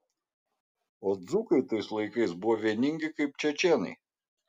o dzūkai tais laikais buvo vieningi kaip čečėnai